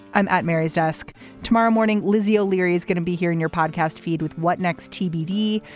i'm at mary's desk tomorrow morning. lizzie o'leary is going to be here in your podcast, feed with what next tbd.